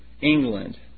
England